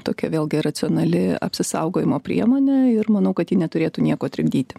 tokia vėlgi racionali apsisaugojimo priemonė ir manau kad ji neturėtų nieko trikdyti